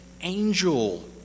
angel